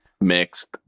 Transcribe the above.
mixed